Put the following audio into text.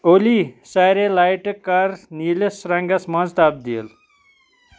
اولی، سارے لایٹہٕ کر نیٖلِس رنگس منٛز تبدیل